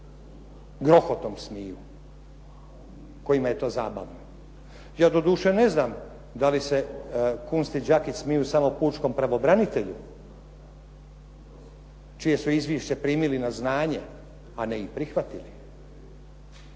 grohotom smiju, kojima je to zabavno. Ja doduše ne znam da li se Kunst i Đakić smiju samo pučkom pravobranitelju čije su izvješće primili na znanje, a ne i prihvatili.